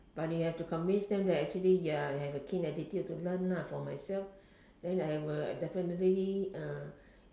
but they have to convince them that you are have a keen attitude to learn for myself then I have a definitely